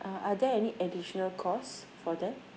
uh are there any additional cost for that